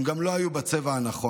הם גם לא היו בצבע הנכון.